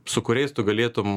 su kuriais tu galėtum